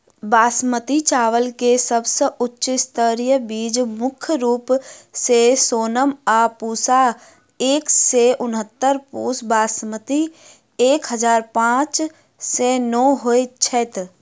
बासमती चावल केँ सबसँ उच्च स्तरीय बीज मुख्य रूप सँ सोनम आ पूसा एक सै उनहत्तर, पूसा बासमती एक हजार पांच सै नो होए छैथ?